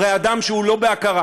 הרי אדם שהוא לא בהכרה,